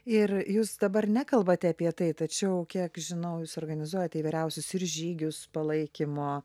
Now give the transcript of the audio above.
ir jūs dabar nekalbate apie tai tačiau kiek žinau jūs organizuojate įvairiausius ir žygius palaikymo